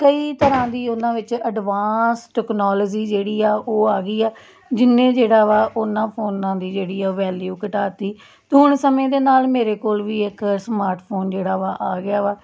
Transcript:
ਕਈ ਤਰ੍ਹਾਂ ਦੀ ਉਹਨਾਂ ਵਿੱਚ ਅਡਵਾਂਸ ਟੈਕਨੋਲੋਜੀ ਜਿਹੜੀ ਆ ਉਹ ਆ ਗਈ ਆ ਜਿਸਨੇ ਜਿਹੜਾ ਵਾ ਉਨ੍ਹਾਂ ਫੋਨਾਂ ਦੀ ਜਿਹੜੀ ਆ ਵੈਲਿਊ ਘਟਾ ਤੀ ਅਤੇ ਹੁਣ ਸਮੇਂ ਦੇ ਨਾਲ ਮੇਰੇ ਕੋਲ ਵੀ ਇੱਕ ਸਮਾਰਟਫੋਨ ਜਿਹੜਾ ਵਾ ਆ ਗਿਆ ਵਾ